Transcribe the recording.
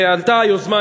ועלתה היוזמה,